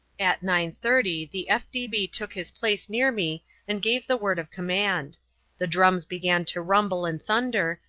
at nine thirty the f d b. took his place near me and gave the word of command the drums began to rumble and thunder,